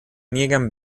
niegan